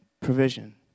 Provision